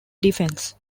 defence